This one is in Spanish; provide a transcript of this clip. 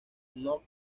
note